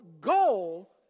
goal